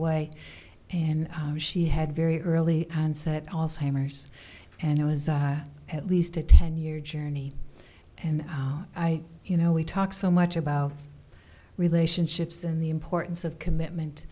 away and she had very early onset alzheimer's and it was at least a ten year journey and i you know we talk so much about relationships and the importance of commitment